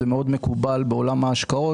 זה מאוד מקובל בעולם ההשקעות,